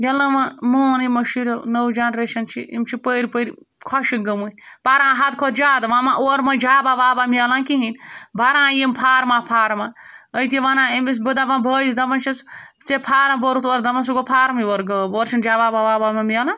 ییٚلہِ نہٕ وَ مون یِمو شُریو نٔو جَنریشَن چھِ یِم چھِ پٔرۍ پٔرۍ خۄشِک گٔمٕتۍ پَران حَدٕ کھۄتہٕ جادٕ وۄنۍ ما اور ما جابہ وابہ میلان کِہیٖنۍ بَران یِم فارمہ فارمہ أتی وَنان أمِس بہٕ دَپان بٲیِس دَپان چھٮ۪س ژےٚ فارَم بوٚرُتھ اوترٕ دَپان سُہ گوٚو فارمٕے اورٕ غٲب اورٕ چھِنہٕ جَوابہ وَوابہ ملان